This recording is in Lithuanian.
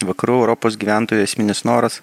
vakarų europos gyventojų esminis noras